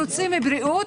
בריא.